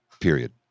period